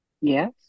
Yes